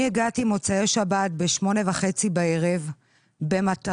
אני הגעתי במוצאי שבת ב-20:30 בערב במטרה